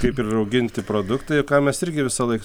kaip ir rauginti produktai ką mes irgi visąlaik